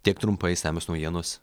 tiek trumpai išsamios naujienos